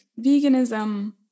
veganism